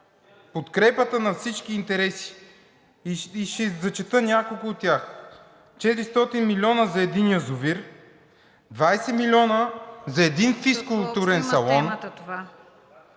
подкрепата на всички интереси, и ще зачета няколко от тях: 400 милиона за един язовир, 20 милиона за един физкултурен салон…